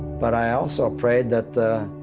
but i also prayed that the,